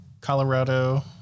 Colorado